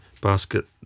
Basket